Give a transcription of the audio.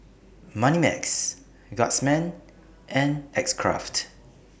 Moneymax Guardsman and X Craft